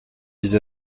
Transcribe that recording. vis